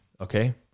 Okay